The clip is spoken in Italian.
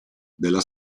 della